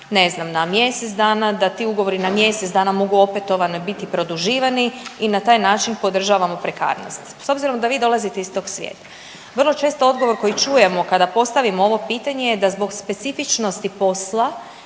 ne znam na mjesec dana, da ti ugovori na mjesec dana mogu opetovano biti produživani i na taj način podržavamo prekarnost. S obzirom da vi dolazite iz tog svijeta vrlo često odgovor koji čujemo kada postavimo ovo pitanje je da zbog specifičnosti posla